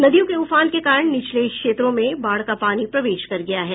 नदियों के उफान के कारण निचले क्षेत्रों में बाढ़ का पानी प्रवेश कर गया है